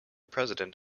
president